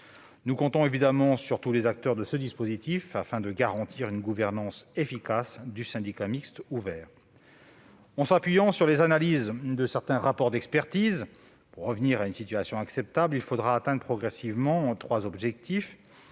Nous comptons évidemment sur tous les acteurs de ce dispositif, afin de garantir une gouvernance efficace du syndicat mixte ouvert. Si l'on s'appuie sur les analyses de certains rapports d'expertise, il faudra atteindre progressivement trois objectifs